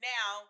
Now